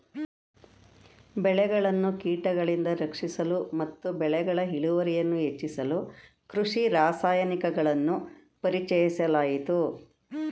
ಬೆಳೆಗಳನ್ನು ಕೀಟಗಳಿಂದ ರಕ್ಷಿಸಲು ಮತ್ತು ಬೆಳೆಗಳ ಇಳುವರಿಯನ್ನು ಹೆಚ್ಚಿಸಲು ಕೃಷಿ ರಾಸಾಯನಿಕಗಳನ್ನು ಪರಿಚಯಿಸಲಾಯಿತು